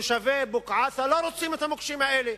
תושבי בוקעאתא לא רוצים את המוקשים האלה,